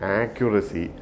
accuracy